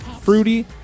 fruity